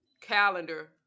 calendar